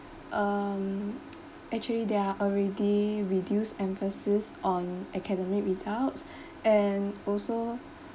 um actually they are already reduced emphasis on academic results and also